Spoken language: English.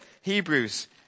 Hebrews